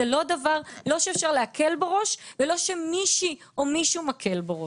זה לא דבר שאפשר להקל בו ראש ולא שמישהי או מישהו מקל בו ראש.